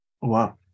Wow